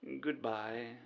Goodbye